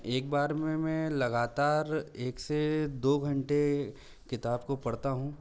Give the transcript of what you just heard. एक बार में मैं लगातार एक से दो घंटे किताब को पढ़ता हूँ